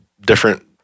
different